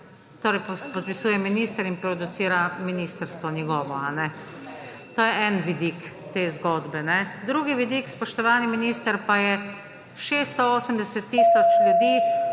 torej, podpisuje minister in producira njegovo ministrstvo. To je en vidik te zgodbe. Drugi vidik, spoštovani minister, pa je 680 tisoč ljudi,